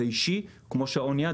זה אישי כמו שעון יד,